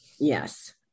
Yes